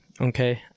Okay